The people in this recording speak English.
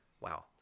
Wow